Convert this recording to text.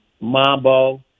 mambo